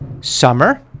summer